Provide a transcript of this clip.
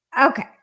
okay